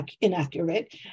inaccurate